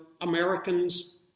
Americans